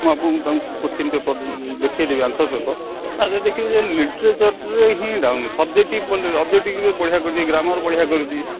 ମୁଁ ଆପଣଙ୍କୁ ତାଙ୍କୁ କୋଶ୍ଚିନ୍ ପେପର ଦେଖେଇଦେବି ଆନ୍ସର୍ ପେପର ତା'ର ଦେଖିବେ ଯେ ଲିଟ୍ରେଚର୍ରେ ହିଁ ଡାଉନ୍ ଅଛି ସବଜେକ୍ଟିଭ ଅବଜେକ୍ଟିଭରେ ବଢ଼ିଆ କରିଛି ଗ୍ରାମାର ବଢ଼ିଆ କରିଛି